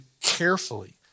carefully